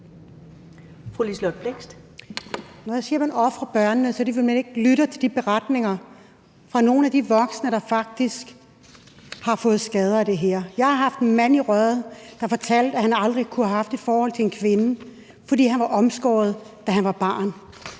Når jeg siger, at man ofrer børnene, så er det, fordi man ikke lytter til de beretninger fra nogle af de voksne, der faktisk har fået skader af det her. Jeg har haft en mand i røret, der fortalte, at han aldrig havde haft et forhold til en kvinde, fordi han var blevet omskåret, da han var barn.